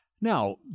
Now